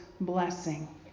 blessing